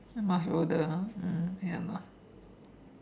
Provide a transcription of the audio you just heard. must be older ah mm ya lah